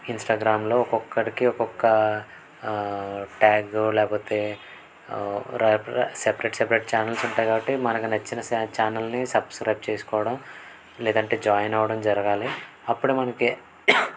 ఇన్స్టాగ్రామ్లో ఒక్కొక్కరికి ఒక్కొక్క ట్యాగ్గో లేకపోతే రాపి సెపరేట్ సెపరేట్ ఛానల్స్ ఉంటాయి కాబట్టి మనకు నచ్చినా ఛానల్ని సబ్స్క్రయిబ్ చేసుకోవడం లేదంటే జాయిన్ అవ్వడం జరగాలి అప్పుడే మనకి